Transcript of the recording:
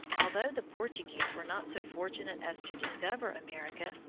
although the portuguese were not so fortunate as to discover america,